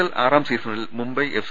L ആറാം സീസണിൽ Mumbai F